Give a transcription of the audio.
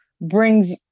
brings